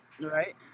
Right